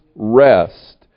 rest